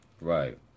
Right